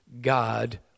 God